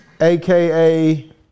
aka